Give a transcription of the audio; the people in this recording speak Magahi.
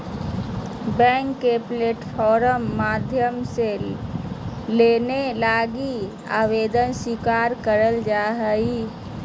बैंक के प्लेटफार्म माध्यम से लोन लगी आवेदन स्वीकार करल जा हय